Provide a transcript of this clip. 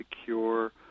secure